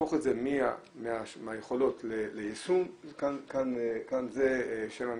להפוך את זה מהיכולות ליישום זה שם המשחק,